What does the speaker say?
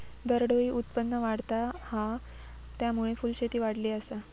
दरडोई उत्पन्न वाढता हा, त्यामुळे फुलशेती वाढली आसा